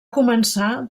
començar